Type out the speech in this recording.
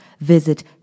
visit